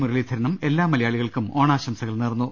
മുരളീധര്നും എല്ലാ മലയാ ളികൾക്കും ഓണാശംസകൾ നേർന്നു